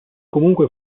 comunque